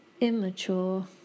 immature